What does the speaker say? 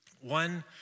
One